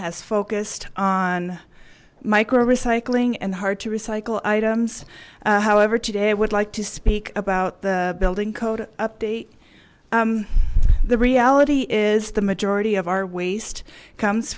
has focused on micro recycling and hard to recycle items however today i would like to speak about the building code update the reality is the majority of our waste comes